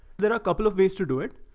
there are a couple of ways to do it.